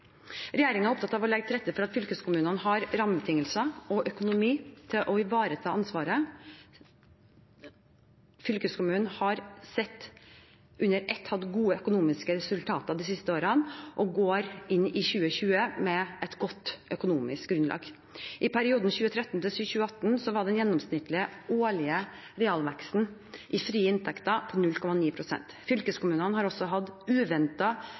er opptatt av å legge til rette for at fylkeskommunene har rammebetingelser og økonomi til å ivareta ansvaret. Fylkeskommunene har – sett under ett – hatt gode økonomiske resultater de siste årene og går inn i 2020 med et godt økonomisk grunnlag. I perioden 2013–2018 var den gjennomsnittlige årlige realveksten i frie inntekter på 0,9 pst. Fylkeskommunene har også hatt